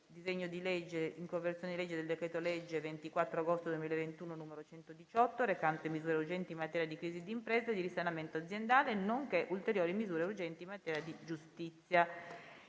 DISEGNO DI LEGGE Conversione in legge del decreto-legge 24 agosto 2021, n. 118, recante misure urgenti in materia di crisi d'impresa e di risanamento aziendale, nonché ulteriori misure urgenti in materia di giustizia